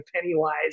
Pennywise